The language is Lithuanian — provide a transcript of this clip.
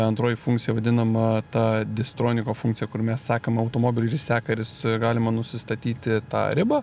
antroji funkcija vadinama ta distroniko funkcija kur mes sekam automobilį ir jis seka ir jis galima nusistatyti tą ribą